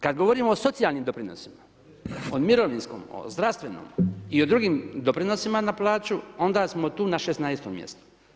Kad govorimo o socijalnim doprinosima, o mirovinskom, o zdravstvenom i o drugim doprinosima na plaću, onda smo tu na 16. mjestu.